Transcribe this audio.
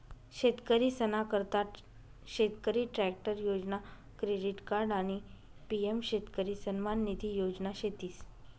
शेतकरीसना करता शेतकरी ट्रॅक्टर योजना, क्रेडिट कार्ड आणि पी.एम शेतकरी सन्मान निधी योजना शेतीस